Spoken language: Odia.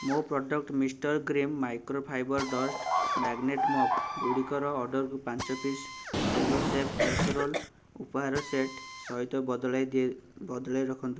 ମୋ product mister glim microfiber dust magnet mop ଗୁଡ଼ିକର ଅର୍ଡ଼ର୍କୁ ପାଞ୍ଚ ପିସ୍ ସେଲୋଶେଫ୍ କ୍ୟାସେରୋଲ୍ ଉପହାର ସେଟ୍ ସହିତ ବଦଳାଇ ବଦଳାଇ ରଖନ୍ତୁ